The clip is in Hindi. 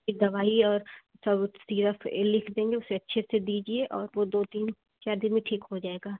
एक दवाई और सब सीरप ए लिख देंगे उसे अच्छे से दीजिए और वो दो तीन चार दिन में ठीक हो जाएगा